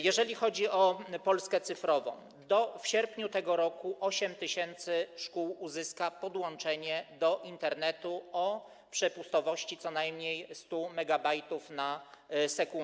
Jeżeli chodzi o „Polskę cyfrową”, to w sierpniu tego roku 8 tys. szkół uzyska podłączenie do Internetu o przepustowości co najmniej 100 Mb/s.